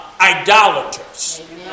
idolaters